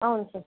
అవున్ సార్